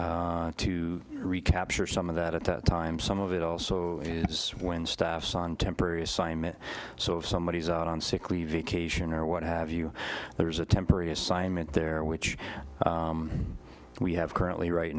to recapture some of that at that time some of it also is when staffs on temporary assignment so if somebody is out on sick leave vacation or what have you there was a temporary assignment there which we have currently right